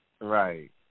Right